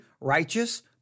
righteous